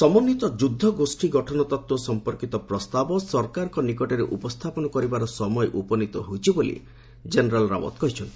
ସମନ୍ନିତ ଯୁଦ୍ଧ ଗୋଷ୍ଠୀ ଗଠନ ତତ୍ତ୍ୱ ସମ୍ପର୍କୀତ ପ୍ରସ୍ତାବ ସରକାରଙ୍କୁ ନିକଟରେ ଉପସ୍ଥାପନ କରିବାର ସମୟ ଉପନୀତ ହୋଇଛି ବୋଲି ସେ କହିଛନ୍ତି